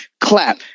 clap